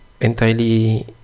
entirely